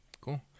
Cool